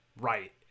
Right